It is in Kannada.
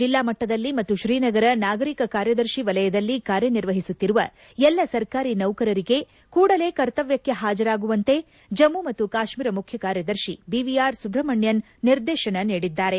ಜಮ್ಮು ಕಾಶ್ಮೀರದ ವಿಭಾಗ ಮಟ್ಟದಲ್ಲಿ ಜಿಲ್ಡಾ ಮಟ್ಟದಲ್ಲಿ ಮತ್ತು ಶ್ರೀನಗರ ನಾಗರಿಕ ಕಾರ್ಯದರ್ಶಿ ವಲಯದಲ್ಲಿ ಕಾರ್ಯ ನಿರ್ವಹಿಸುತ್ತಿರುವ ಎಲ್ಲ ಸರ್ಕಾರಿ ನೌಕರರಿಗೆ ಕೂಡಲೇ ಕರ್ತವ್ಯಕ್ಕೆ ಹಾಜರಾಗುವಂತೆ ಜಮ್ಮು ಮತ್ತು ಕಾಶ್ಮೀರ ಮುಖ್ಯ ಕಾರ್ಯದರ್ಶಿ ಬಿ ವಿ ಆರ್ ಸುಬ್ರಹ್ಮಣ್ಯನ್ ನಿರ್ದೇಶನ ನೀಡಿದ್ದಾರೆ